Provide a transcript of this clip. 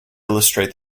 illustrate